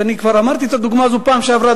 וכבר אמרתי את הדוגמה הזאת בפעם שעברה,